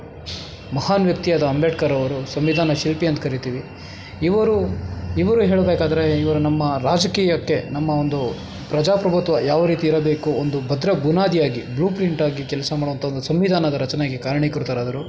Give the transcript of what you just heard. ಮಹಾನ್ ವ್ಯಕ್ತಿಯಾದ ಅಂಬೇಡ್ಕರ್ ಅವರು ಸಂವಿಧಾನ ಶಿಲ್ಪಿ ಅಂತ ಕರಿತೀವಿ ಇವರು ಇವರು ಹೇಳಬೇಕಾದ್ರೆ ಇವರು ನಮ್ಮ ರಾಜಕೀಯಕ್ಕೆ ನಮ್ಮ ಒಂದು ಪ್ರಜಾಪ್ರಭುತ್ವ ಯಾವ ರೀತಿ ಇರಬೇಕು ಒಂದು ಭದ್ರ ಬುನಾದಿಯಾಗಿ ಬ್ಲೂಪ್ರಿಂಟಾಗಿ ಕೆಲಸ ಮಾಡುವಂಥ ಒಂದು ಸಂವಿಧಾನದ ರಚನೆಗೆ ಕಾರಣೀಕೃರಾದರು